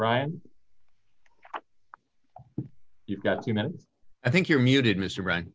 brian you've got you know i think you're muted mr right